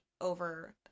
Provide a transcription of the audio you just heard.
over